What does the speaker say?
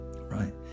Right